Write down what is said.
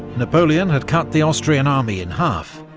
napoleon had cut the austrian army in half,